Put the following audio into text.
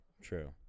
True